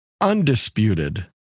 undisputed